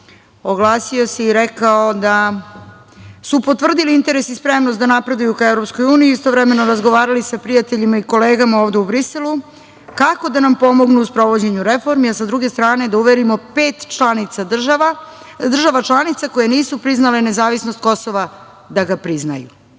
oglasio se i rekao da su potvrdili interes i spremnost da napreduju ka EU i istovremeno razgovarali sa prijateljima i kolegama ovde u Briselu kako da nam pomognu u sprovođenju reformi, a sa druge strane, da uverimo pet država članica koje nisu priznale nezavisnost Kosova da ga priznaju. Ne